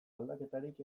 aldaketarik